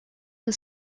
the